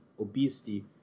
obesity